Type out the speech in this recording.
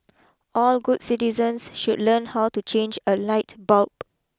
all good citizens should learn how to change a light bulb